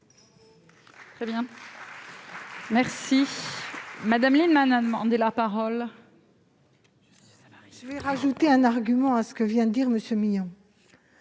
Je vais ajouter un argument à ce que vient de dire M. Milon.